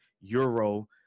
Euro